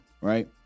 right